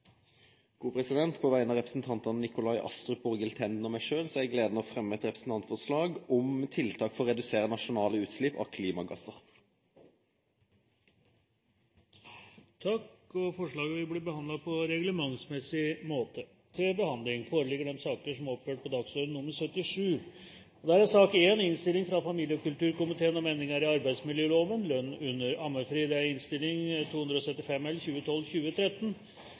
På vegne av representantene Nikolai Astrup, Borghild Tenden og meg selv har jeg gleden av å fremme et representantforslag om tiltak for å redusere nasjonale utslipp av klimagasser. Forslagene vil bli behandlet på reglementsmessig måte. Etter ønske fra familie- og kulturkomiteen vil presidenten foreslå at taletiden begrenses til 40 minutter og fordeles med inntil 5 minutter til hvert parti og